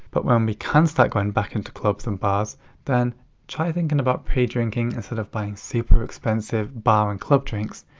but when we can start going back into clubs and bars then try thinking about pre-drinking instead of buying super expensive bar and club drinks.